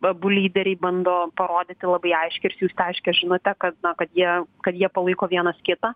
abu lyderiai bando parodyti labai aiškiai ir siųst aiškią žinutę kad na kad jie kad jie palaiko vienas kitą